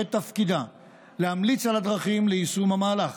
שתפקידה להמליץ על הדרכים ליישום המהלך.